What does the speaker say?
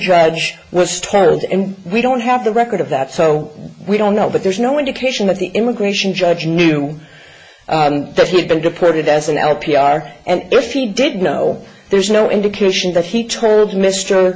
judge was tired and we don't have the record of that so we don't know but there's no indication that the immigration judge knew that he had been deported as an l p r and if he did know there's no indication that he told m